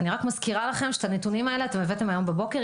אני רק מזכירה לכם שאת הנתונים האלה אתם הבאתם היום בבוקר.